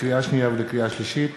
לקריאה שנייה ולקריאה שלישית: